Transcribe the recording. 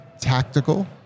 tactical